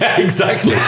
ah exactly, yeah